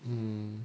um